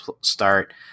start